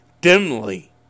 dimly